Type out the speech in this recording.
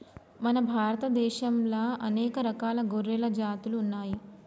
మన భారత దేశంలా అనేక రకాల గొర్రెల జాతులు ఉన్నయ్యి